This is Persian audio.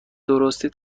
درستی